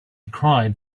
cried